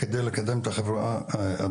על מנת לקדם את החברה הדרוזית.